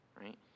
right